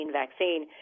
vaccine